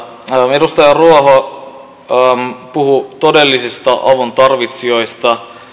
edustaja ruoho puhui todellisista avuntarvitsijoista